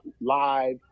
live